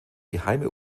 geheime